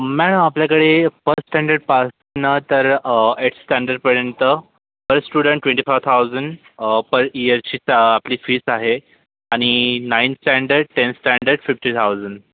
ma'am आपल्याकडे first स्टँडर्डपास्नं तर एट्थ स्टँडर्डपर्यंत per student twenty five thousand per इयरची त आपली फीस आहे आणि nine standard ten standard fifty thousand